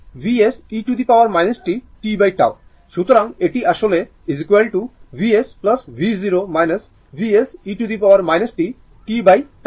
সুতরাং এটি আসলে Vs v0 Vs e t tτ